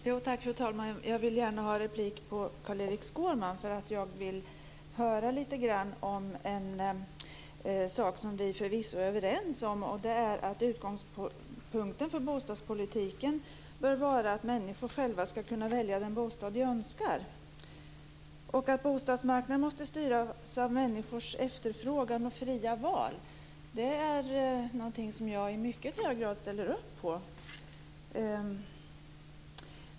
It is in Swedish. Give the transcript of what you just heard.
Fru talman! Jag begärde replik därför att jag gärna vill höra lite grann om en sak som Carl-Erik Skårman och jag förvisso är överens om, nämligen att utgångspunkten för bostadspolitiken bör vara att människor själva ska kunna välja den bostad de önskar. Bostadsmarknaden måste styras av människors efterfrågan och fria val. Detta är något som jag i mycket hög grad ställer upp på.